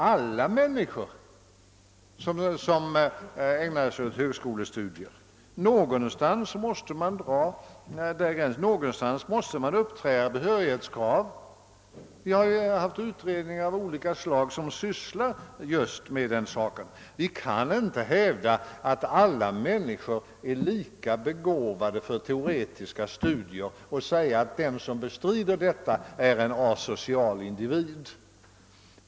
Alla människor kan inte ägna sig åt högskolestudier — några behörighetskrav måste uppställas. Vi har haft utredningar av olika slag som sysslat just med den frågan. Vi kan inte hävda att alla människor är lika begåvade för teoretiska studier och säga att den som bestrider detta är en asocial individ.